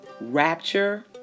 rapture